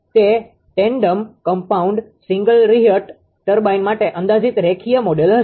તે tandem compound single reheat turbine માટે અંદાજિત રેખીય મોડેલ હશે